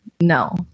no